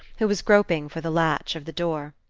who was groping for the latch of the door.